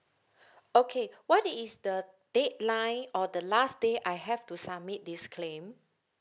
okay what is the deadline or the last day I have to submit this claim